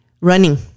Running